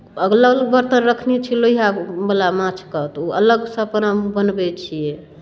अगलल बर्तन रखने छी लोहिआवला माछके तऽ ओ अलगसँ हम अपन बनबै छियै